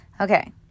Okay